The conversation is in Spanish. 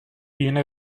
viene